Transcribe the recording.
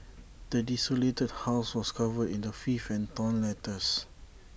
the desolated house was covered in the filth and torn letters